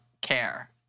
care